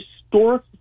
historic